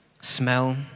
smell